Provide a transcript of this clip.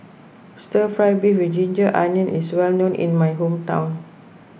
Stir Fried Beef with Ginger Onions is well known in my hometown